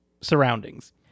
surroundings